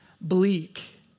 bleak